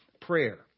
prayer